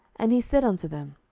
and he said unto them,